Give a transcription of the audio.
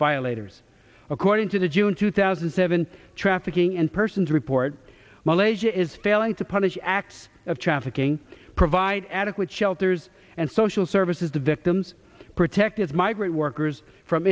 violators according to the june two thousand and seven trafficking and persons report malaysia is failing to punish acts of trafficking provide adequate shelters and social services the victims protect as migrant workers from